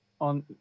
on